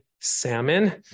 Salmon